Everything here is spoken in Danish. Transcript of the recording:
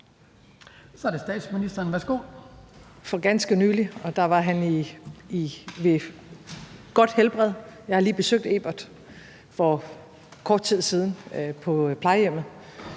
Frederiksen): Det har jeg for ganske nylig, og der var han ved godt helbred. Jeg har lige besøgt Ebert for kort tid siden på plejehjemmet,